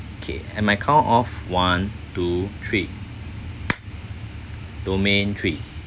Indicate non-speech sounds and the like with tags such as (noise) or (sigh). okay and my count of one two three (noise) domain three